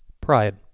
Pride